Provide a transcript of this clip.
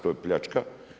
To je pljačka.